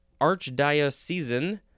Archdiocesan